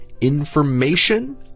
information